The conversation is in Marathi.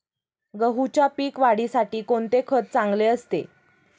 गहूच्या पीक वाढीसाठी कोणते खत चांगले असते?